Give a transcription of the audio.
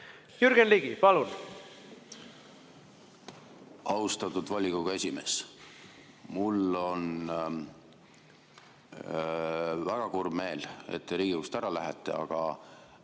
Jürgen Ligi, palun! Austatud volikogu esimees! Mul on väga kurb meel, et te Riigikogust ära lähete. Aga